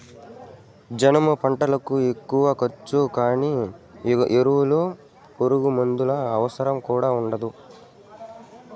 జనుము పంటకు ఎక్కువ ఖర్చు గానీ ఎరువులు పురుగుమందుల అవసరం కూడా ఉండదు